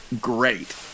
great